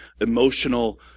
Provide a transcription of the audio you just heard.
emotional